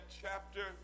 chapter